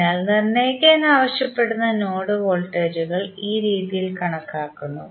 അതിനാൽ നിർണ്ണയിക്കാൻ ആവശ്യപ്പെടുന്ന നോഡ് വോൾട്ടേജുകൾ ഈ രീതിയിൽ കണക്കാക്കുന്നു